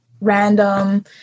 random